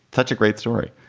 such a great story.